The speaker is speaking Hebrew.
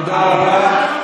תודה רבה.